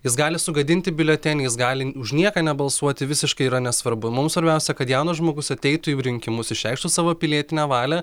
jis gali sugadinti biuletenį jis gali už nieką nebalsuoti visiškai yra nesvarbu mums svarbiausia kad jaunas žmogus ateitų į rinkimus išreikštų savo pilietinę valią